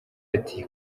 ati